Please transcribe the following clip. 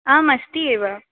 आमस्ति एव